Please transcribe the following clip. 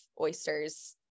oysters